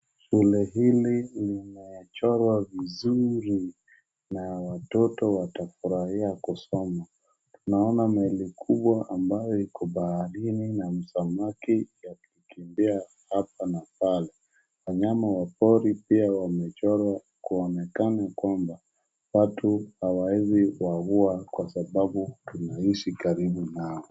Shule hili limechorwa vizuri na watoto watafurahia kusoma. Tunaona meli kubwa ambayo iko baharini na samaki ya kukimbia hapa na pale. Wanyama wa pori wamechorwa pia kuonekana kwamba, watu hawawezi waua kwa sababu tunaishi karibu nao.